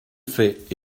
fait